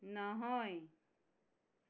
নহয়